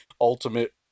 Ultimate